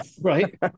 right